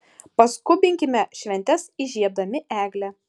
paskubinkime šventes įžiebdami eglę